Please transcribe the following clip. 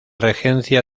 regencia